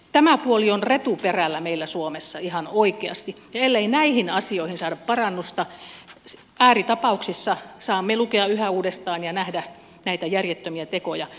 tämä puoli on retuperällä meillä suomessa ihan oikeasti ja ellei näihin asioihin saada parannusta ääritapauksissa saamme lukea yhä uudestaan ja nähdä näitä järjettömiä tekoja